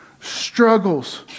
struggles